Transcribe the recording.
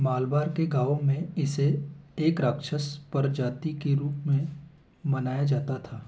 मलाबार के गाँव में इसे एक राक्षस पर जाति के रूप में मनाया जाता था